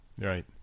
right